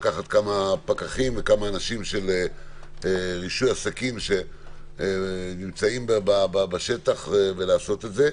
לקחת כמה פקחים וכמה אנשים של רישוי עסקים שנמצאים בשטח ולעשות את זה.